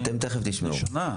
תכף תשמעו.